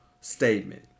statement